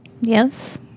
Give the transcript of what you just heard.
Yes